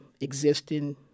existing